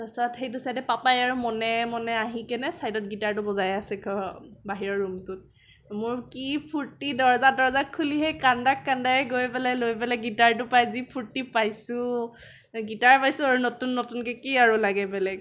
তাৰপিছত সেইটো ছাইদে পাপাই আৰু মনে মনে আহিকেনে ছাইদত গিটাৰটো বজাই আছে বাহিৰৰ ৰুমটোত মোৰ কি ফুৰ্টি দৰ্জা তৰজা খুলি সেই কান্দা কান্দাই গৈ পেলাই লৈ পেলাই গিটাৰটো পাই যি ফুৰ্টি পাইছোঁ গিটাৰ পাইছোঁ আৰু নতুন নতুনকৈ কি আৰু লাগে বেলেগ